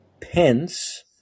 Pence